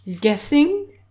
guessing